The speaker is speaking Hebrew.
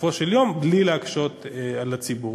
בלי להקשות על הציבור.